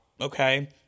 okay